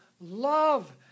love